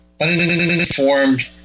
uninformed